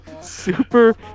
Super